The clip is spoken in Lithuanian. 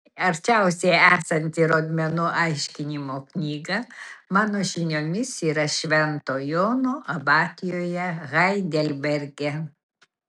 arčiausiai esanti rodmenų aiškinimo knyga mano žiniomis yra švento jono abatijoje heidelberge